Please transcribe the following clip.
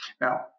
Now